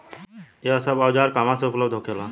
यह सब औजार कहवा से उपलब्ध होखेला?